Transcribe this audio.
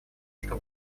чтобы